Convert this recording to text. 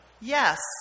Yes